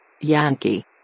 Yankee